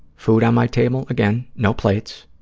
food on my table. again, no plates,